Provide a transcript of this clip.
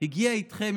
הגיעה איתכם,